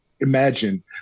Imagine